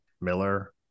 miller